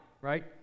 right